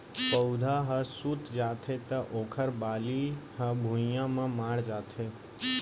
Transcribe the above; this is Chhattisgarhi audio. पउधा ह सूत जाथे त ओखर बाली ह भुइंया म माढ़ जाथे